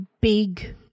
big